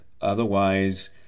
Otherwise